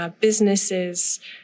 businesses